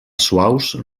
suaus